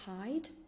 hide